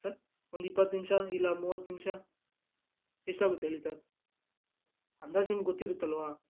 sir ಒಂದು ಇಪ್ಪತ್ತು ನಿಮಿಷ ಇಲ್ಲ ಮೂವತ್ತು ನಿಮಿಷ ಎಷ್ಟಾಗುತ್ತೆ ಹೇಳಿ ಸರ್ ಅಂದಾಜು ನಿಮ್ಗೆ ಗೊತ್ತಿರುತ್ತಲ್ಲವಾ